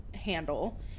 handle